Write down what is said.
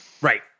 right